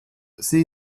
sie